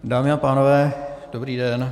Dámy a pánové, dobrý den.